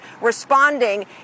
responding